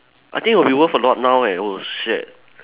I think it would be worth a lot now it eh oh shit